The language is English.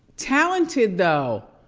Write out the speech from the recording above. talented though.